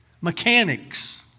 mechanics